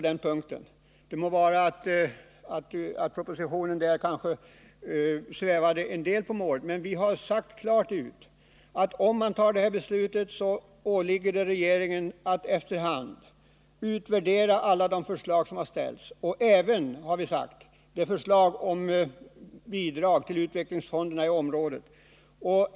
Det må vara att man i propositionen kanske svävade en del på målet, men vi har sagt klart ut att om man fattar det här beslutet åligger det regeringen att efter hand utvärdera alla de förslag som ställts och även, har vi sagt, förslaget om bidrag till utvecklingsfonderna i området.